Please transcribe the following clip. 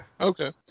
Okay